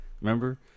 Remember